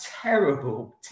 terrible